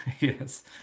Yes